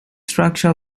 structure